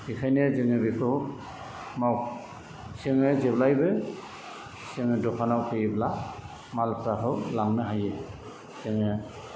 बेखायनो जोङो बेखौ माव जोङो जेब्लायबो जोङो दखानाव फैयोब्ला मालफोरखौ लांनो हायो जोङो